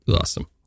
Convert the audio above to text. awesome